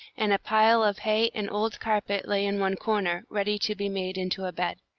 and a pile of hay and old carpet lay in one corner, ready to be made into a bed.